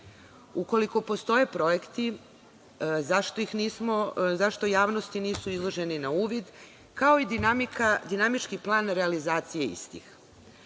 Ukoliko postoje projekti, zašto javnosti nisu izloženi na uvid, kao i dinamički plan realizacije istih?